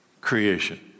creation